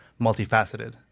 multifaceted